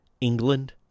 England